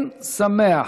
אני שמח